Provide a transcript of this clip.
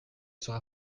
sera